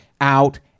out